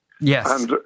Yes